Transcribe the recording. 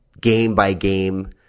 game-by-game